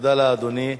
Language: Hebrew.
תודה לאדוני.